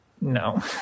no